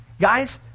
guys